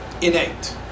innate